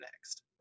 next